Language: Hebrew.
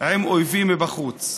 עם אויבים מבחוץ.